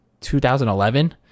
2011